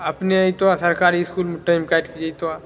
आ अपने अइतहुँ आ सरकारी इसकुलमे टाइम काटिके जइतहुँ